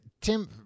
Tim